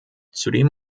zudem